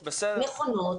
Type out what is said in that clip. נכונות,